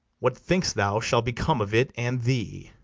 what think'st thou shall become of it and thee?